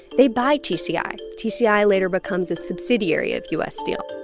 they buy tci. tci later becomes a subsidiary of u s. steel.